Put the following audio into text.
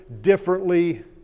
differently